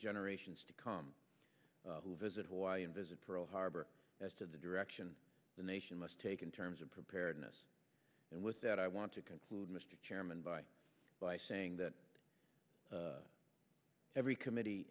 generations to come who visit hawaii and visit pearl harbor as to the direction the nation must take in terms of preparedness and with that i want to conclude mr chairman by by saying that every committee